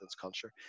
culture